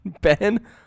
Ben